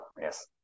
Yes